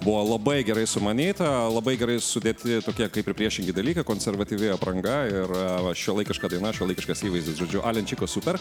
buvo labai gerai sumanyta labai gerai sudėti tokie kaip ir priešingi dalykai konservatyvi apranga ir šiuolaikiška daina šiuolaikiškas įvaizdis žodžiu alenčiko super